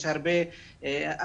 יש הרבה הפקרה.